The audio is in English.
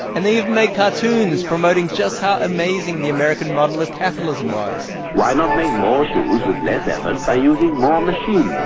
and they made cartoons promoting just how amazing the american model of capitalism was why not make more shoes with less effort by using more machines?